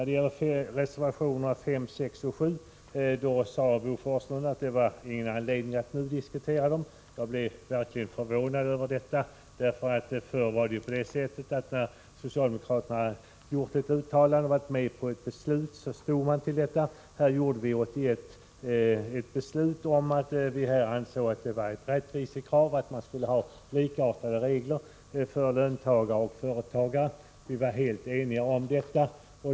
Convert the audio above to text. Beträffande reservationerna 5, 6 och 7 sade Bo Forslund att det inte fanns någon anledning att diskutera dessa nu. Jag blev verkligen förvånad över detta. När socialdemokraterna förr hade gjort ett uttalande och varit med om ett beslut stod man för detta. 1981 fattade vi ett beslut som grundades på att vi ansåg det vara ett rättvisekrav att reglerna skulle vara likartade för löntagare och företagare. Vi var helt eniga om detta.